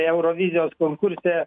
eurovizijos konkurse